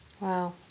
Wow